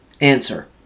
Answer